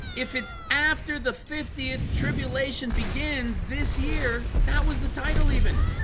if it's after the fiftieth tribulation begins this year. that was the title even